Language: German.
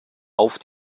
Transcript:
auf